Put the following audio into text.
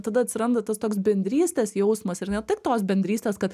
tada atsiranda tas toks bendrystės jausmas ir ne tik tos bendrystės kad